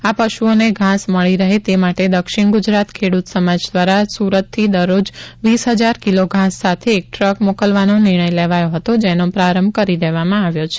આ પશુઓને ઘાસ મળી રહે તે માટે દક્ષિણ ગુજરાત ખેડૂત સમાજ દ્વારા સુરતથી દરરોજ વીસ હજાર કિલો ઘાસ સાથે એક ટ્રક મોકલવાનો નિર્ણય લેવાયો હતો જેનો પ્રારંભ કરી દેવામાં આવ્યો છે